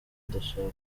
ndashaka